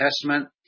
Testament